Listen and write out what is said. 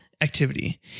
activity